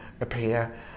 appear